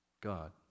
God